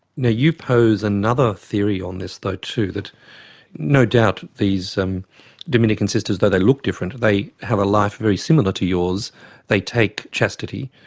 now you pose another theory on this though too, that no doubt these um dominican sisters, though they look different, they have a life very similar to yours they take chastity,